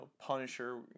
Punisher